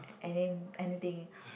any anything